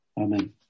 Amen